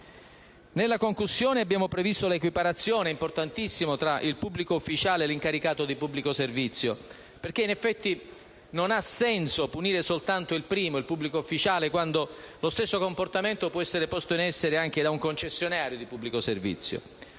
Nella concussione abbiamo previsto l'equiparazione importantissima tra il pubblico ufficiale e l'incaricato di pubblico servizio perché in effetti non ha senso punire soltanto il primo, il pubblico ufficiale, quando lo stesso comportamento può essere posto in essere anche da un concessionario di pubblico servizio.